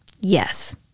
Yes